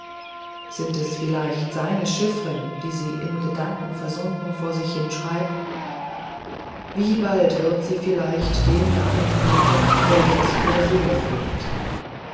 sind es vielleicht seine chiffern die sie in gedanken versunken vor sich hinschreibt wie bald wird sie vielleicht dem namen fluchen der jetzt ihre seele füllt